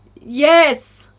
Yes